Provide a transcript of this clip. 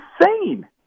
insane